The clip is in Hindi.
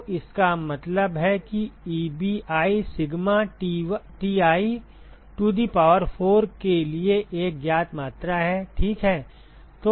तो इसका मतलब है कि Ebi sigma Ti to the power4 के लिए एक ज्ञात मात्रा है ठीक है